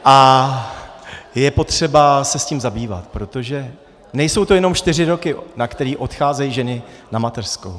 A je potřeba se tím zabývat, protože nejsou to jenom čtyři roky, na které odcházejí ženy na mateřskou.